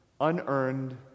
unearned